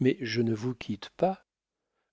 mais je ne vous quitte pas